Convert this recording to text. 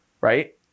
right